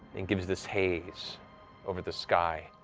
it gives this haze over the sky,